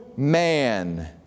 Man